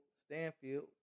Stanfield